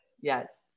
Yes